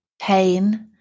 pain